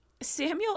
Samuel